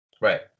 Right